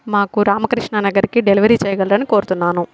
మాకు రామకృష్ణ నగర్కి డెలివరీ చెయ్యగలరని కోరుతున్నాను